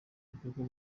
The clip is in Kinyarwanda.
ibikorwa